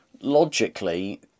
logically